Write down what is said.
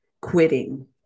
quitting